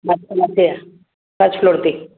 मथे मथे आहे फ़स्ट फ़्लॉर ते